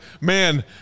man –